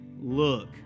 Look